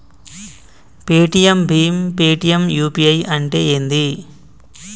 Paytm భీమ్ Paytm UPI అంటే ఏంది?